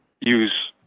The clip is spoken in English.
use—